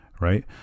right